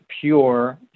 pure